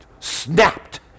snapped